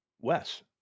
Wes